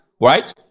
Right